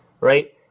Right